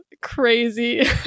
crazy